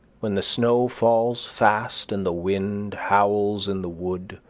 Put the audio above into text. when the snow falls fast and the wind howls in the wood,